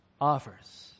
offers